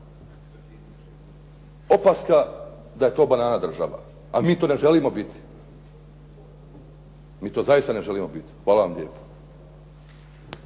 opaska da je to banana država, a mi to ne želimo biti, mi to zaista ne želimo biti. Hvala vam lijepo.